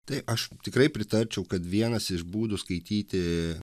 tai aš tikrai pritarčiau kad vienas iš būdų skaityti